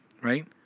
right